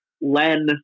Len